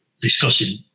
discussing